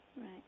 Right